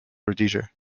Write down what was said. rhodesia